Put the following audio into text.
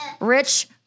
Rich